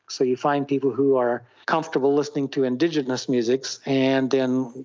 so you find people who are comfortable listening to indigenous music and then,